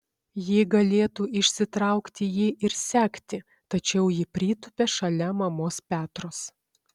ji galėtų išsitraukti jį ir sekti tačiau ji pritūpia šalia mamos petros